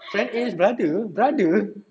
friend A's brother brother